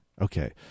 Okay